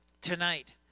tonight